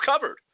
covered